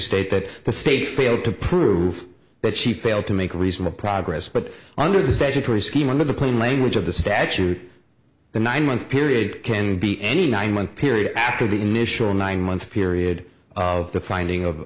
state that the state failed to prove that she failed to make a reasonable progress but under the statutory scheme one of the plain language of the statute the nine month period can be any nine month period after the initial nine month period of the finding of